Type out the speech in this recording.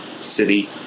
City